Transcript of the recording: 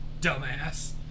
Dumbass